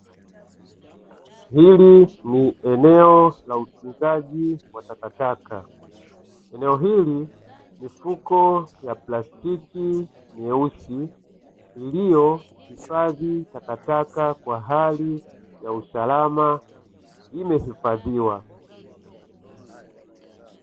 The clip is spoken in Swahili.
Hili ni eneo la utunzaji wa takataka, eneo hili mifuko ya plastiki mieusi iliyohifadhi takataka kwa hali ya usalama imehifadhiwa.